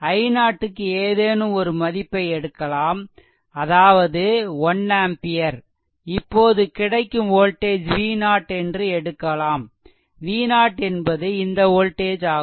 i0 க்கு ஏதேனும் ஒரு மதிப்பை எடுக்கலாம் அதாவது 1 ஆம்பியர் இப்போது கிடைக்கும் வோல்டேஜ் V0 என்று எடுக்கலாம் V0 என்பது இந்த வோல்டேஜ் ஆகும்